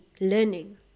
learning